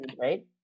Right